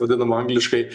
vadinama angliškai